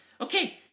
Okay